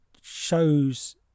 shows